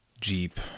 Jeep